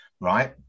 right